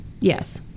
Yes